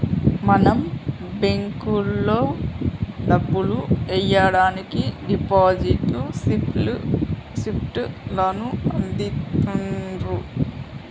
మనం బేంకులో డబ్బులు ఎయ్యడానికి డిపాజిట్ స్లిప్ లను అందిత్తుర్రు